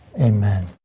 Amen